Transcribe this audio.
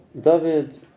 David